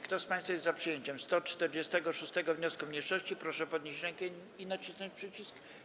Kto z państwa jest za przyjęciem 152. wniosku mniejszości, proszę podnieść rękę i nacisnąć przycisk.